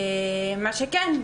מה שכן,